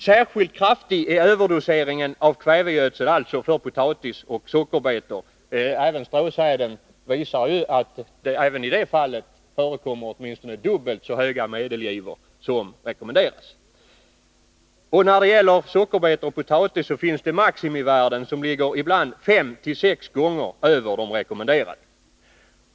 Särskilt kraftig är överdoseringen av kvävegödsel för potatis och sockerbetor. Men även när det gäller stråsäden visar det sig att det förekommer åtminstone dubbelt så höga medelgivor som rekommenderas. När det gäller potatis och sockerbetor ligger maximivärdena ibland fem till sex gånger över de rekommenderade.